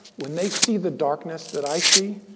when they see the darkness that i see,